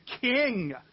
king